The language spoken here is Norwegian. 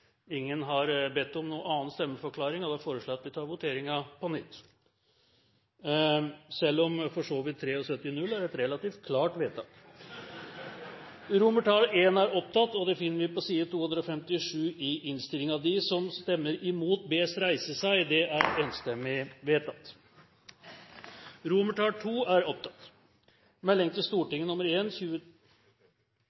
Ingen har bedt om noen annen stemmeforklaring, og da foreslår presidenten at vi tar voteringen på nytt – selv om for så vidt 73/0 er et relativt klart vedtak. Det voteres da over I. V o t e r i n g: Komiteens innstilling til I ble enstemmig vedtatt. Sekretæren vil absolutt at alle som er